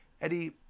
Eddie